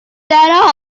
that